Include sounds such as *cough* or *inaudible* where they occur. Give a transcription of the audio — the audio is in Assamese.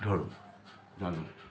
ধৰোঁ *unintelligible*